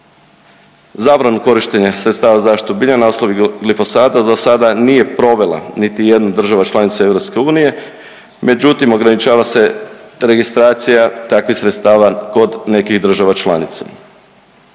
Zabranu korištenja sredstava za zaštitu bilja na osnovi glifosata do sada nije provela niti jedna država članica EU, međutim ograničava se registracija takvih sredstava kod nekih država članica.